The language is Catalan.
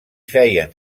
feien